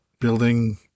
building